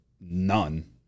none